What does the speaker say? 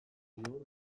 bihur